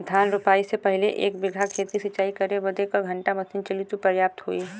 धान रोपाई से पहिले एक बिघा खेत के सिंचाई करे बदे क घंटा मशीन चली तू पर्याप्त होई?